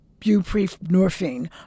buprenorphine